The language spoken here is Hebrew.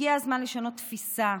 הגיע הזמן לשנות תפיסה,